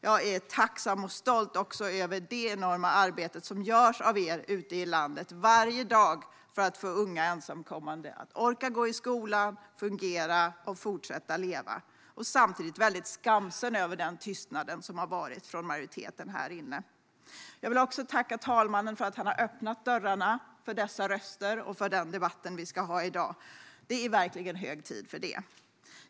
Jag är tacksam och stolt också över det enorma arbete som varje dag görs av er ute i landet för att få unga ensamkommande att orka gå i skolan, fungera och fortsätta att leva. Samtidigt är jag väldigt skamsen över den tystnad som har rått från majoriteten här inne. Jag vill också tacka talmannen för att han har öppnat dörrarna för dessa röster och för den debatt som vi ska ha i dag. Det är verkligen hög tid för detta.